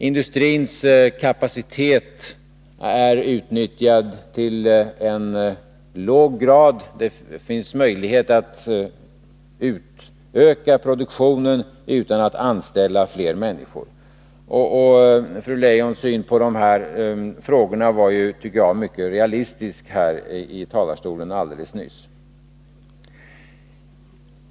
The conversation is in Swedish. Industrins kapacitet är bara utnyttjad i låg grad; det finns möjlighet att utöka produktionen utan att anställa fler människor. Fru Leijons syn här i talarstolen alldeles nyss på dessa frågor var mycket realistisk.